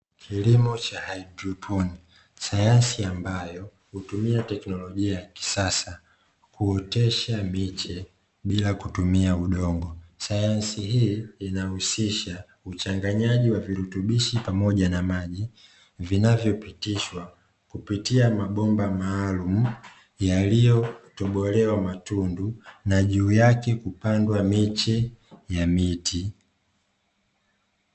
Kilimo cha haidroponi. Sayansi ambayo hutumia teknolojia ya kisasa kuotesha miche bila kutumia udongo. Sayansi hii inahusisha uchanganyaji wa virutubishi pamoja na maji, vinavyopitishwa kupitia mabomba maalumu yaliyotobolewa matunda na juu yake kupandwa miche ya miti